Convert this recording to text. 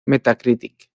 metacritic